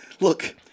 Look